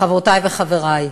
חברותי וחברי,